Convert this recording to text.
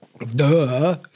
Duh